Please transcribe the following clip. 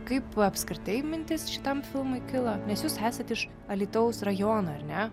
kaip apskritai mintis šitam filmui kilo nes jūs esat iš alytaus rajono ar ne